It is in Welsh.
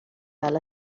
fel